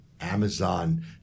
amazon